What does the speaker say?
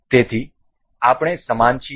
તેથી આપણે સમાન છીએ